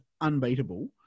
unbeatable